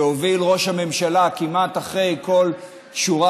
שראש הממשלה הוביל כמעט אחרי כל שורה